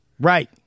right